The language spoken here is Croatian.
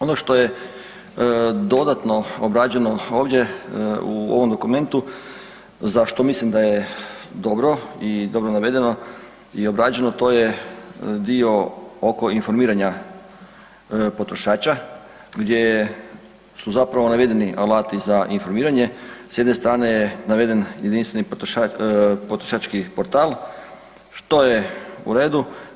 Ono što je dodatno obrađeno ovdje u ovom dokumentu, za što mislim da je dobro i dobro navedeno i obrađeno, to je dio oko informiranja potrošača gdje su zapravo navedeni alati za informiranje, s jedne strane je naveden jedinstveni potrošački portal, što je u redu.